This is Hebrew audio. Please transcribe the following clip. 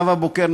נאוה בוקר,